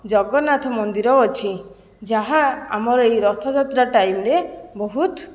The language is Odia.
ଜଗନ୍ନାଥ ମନ୍ଦିର ଅଛି ଯାହା ଆମର ଏହି ରଥଯାତ୍ରା ଟାଇମ୍ରେ ବହୁତ